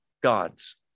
God's